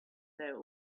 their